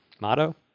motto